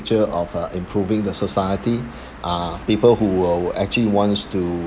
of uh improving the society uh people who will actually wants to